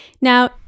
Now